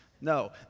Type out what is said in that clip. No